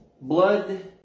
Blood